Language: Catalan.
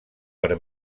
per